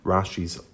Rashi's